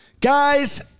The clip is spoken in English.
Guys